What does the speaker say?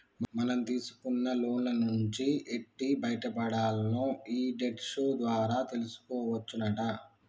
మనం తీసుకున్న లోన్ల నుంచి ఎట్టి బయటపడాల్నో ఈ డెట్ షో ద్వారా తెలుసుకోవచ్చునట